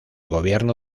gobierno